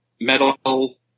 metal